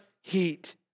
heat